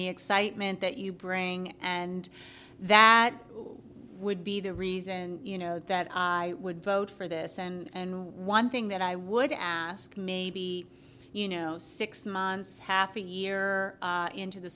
the excitement that you bring and that would be the reason you know that i would vote for this and one thing that i would ask maybe you know six months half a year into the